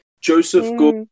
Joseph